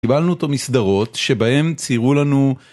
קיבלנו אותו מסדרות שבהם ציירו לנו